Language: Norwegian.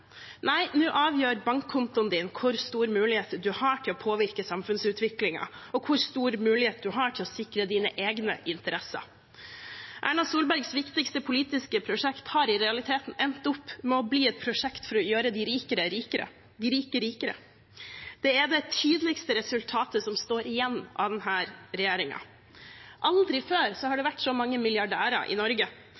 Nei, nå avgjør bankkontoen hvor stor mulighet man har til å påvirke samfunnsutviklingen, og hvor stor mulighet man har til å sikre egne interesser. Erna Solbergs viktigste politiske prosjekt har i realiteten endt opp med å bli et prosjekt for å gjøre de rike rikere. Det er det tydeligste resultatet som står igjen etter denne regjeringen. Aldri før har det vært så mange milliardærer i Norge, og regjeringen har